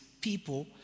people